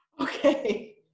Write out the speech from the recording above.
Okay